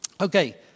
Okay